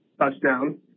touchdown